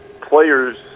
players